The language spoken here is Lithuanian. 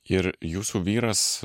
ir jūsų vyras